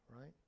right